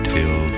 Till